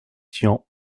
tian